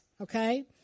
Okay